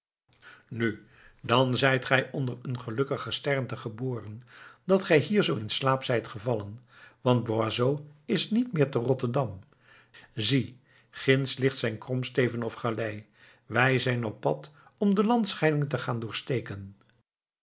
nu dan zijt gij onder een gelukkig gesternte geboren dat gij hier zoo in slaap zijt gevallen want van boisot is niet meer te rotterdam zie ginds ligt zijn kromsteven of galei wij zijn op pad om de landscheiding te gaan